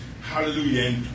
Hallelujah